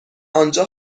آنجا